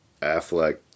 Affleck